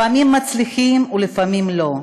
לפעמים מצליחים ולפעמים לא.